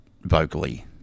vocally